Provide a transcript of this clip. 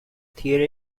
theater